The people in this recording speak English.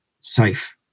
safe